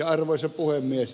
arvoisa puhemies